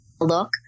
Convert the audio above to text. look